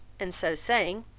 and so saying,